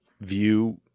view